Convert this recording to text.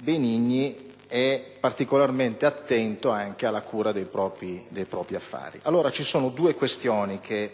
Benigni è particolarmente attento anche alla cura dei propri affari. Ci sono allora due questioni che